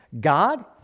God